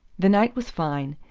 the night was fine,